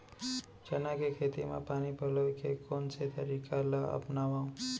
चना के खेती म पानी पलोय के कोन से तरीका ला अपनावव?